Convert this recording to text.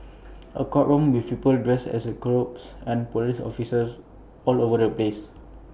A courtroom with people dressed up in robes and Police officers all over the place